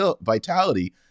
vitality